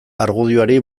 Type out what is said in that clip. argudioari